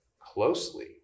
closely